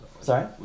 Sorry